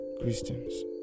Christians